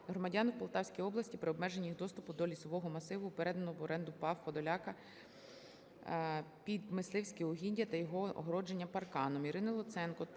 громадян в Полтавській області при обмеженні їх доступу до лісового масиву, переданого в оренду ПАФ "Подоляка" під мисливські угіддя, та його огородження парканом.